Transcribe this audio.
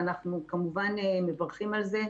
ואנחנו כמובן מברכים על זה.